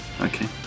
Okay